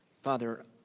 Father